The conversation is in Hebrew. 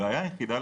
הבעיה היחידה,